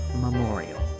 Memorial